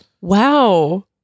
wow